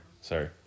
Sorry